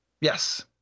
Yes